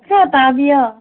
ꯈꯔ ꯇꯥꯕꯤꯌꯣ